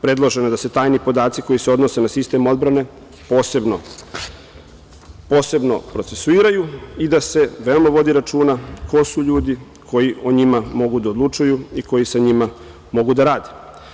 Predloženo je da se tajni podaci koji se odnose na sistem odbrane posebno procesuiraju i da se veoma vodi računa ko su ljudi koji o njima mogu da odlučuju i koji sa njima mogu da rade.